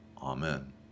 Amen